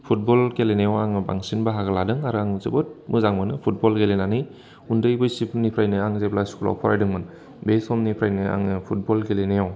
football गेलेनायाव आङो बांसिन बाहागो लादों आरो आङो जोबोद मोजां मोनो फुटबल गेलेनानै उन्दै बैसोनिफ्रायनो आं जेब्ला स्कुलाव फरायदोंमोन बे समनिफ्रायनो आङो फुटबल गेलेनायाव